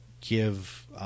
give